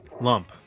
lump